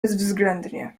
bezwzględnie